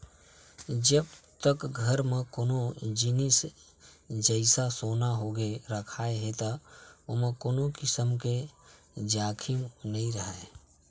जब तक घर म कोनो जिनिस जइसा सोना होगे रखाय हे त ओमा कोनो किसम के जाखिम नइ राहय